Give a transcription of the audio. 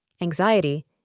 anxiety